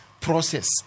process